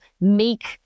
make